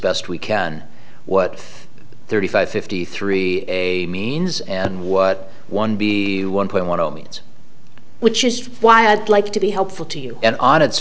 best we can what thirty five fifty three a means and what one b one point one zero means which is why i'd like to be helpful to you and